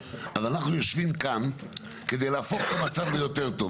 אנחנו יושבים כאן כדי להפוך את המצב ליותר טוב.